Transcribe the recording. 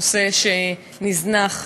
נושא שנזנח,